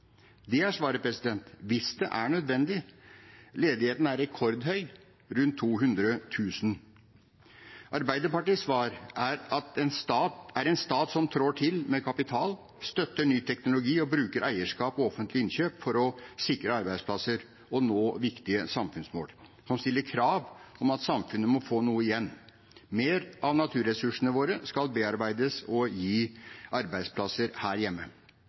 Det er svaret – «hvis det er nødvendig». Ledigheten er rekordhøy, rundt 200 000. Arbeiderpartiets svar er en stat som trår til med kapital, støtter ny teknologi og bruker eierskap og offentlige innkjøp for å sikre arbeidsplasser og nå viktige samfunnsmål, og som stiller krav om at samfunnet må få noe igjen. Mer av naturressursene våre skal bearbeides og gi arbeidsplasser her hjemme.